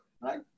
Right